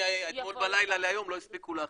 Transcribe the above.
שמאתמול בלילה להיום לא הספיקו להכין.